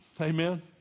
Amen